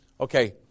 Okay